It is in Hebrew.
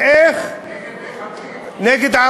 נגד מחבלים.